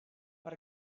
per